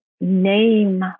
name